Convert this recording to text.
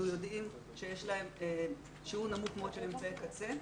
יודעים שיש להם שיעור נמוך מאוד של אמצעי קצה,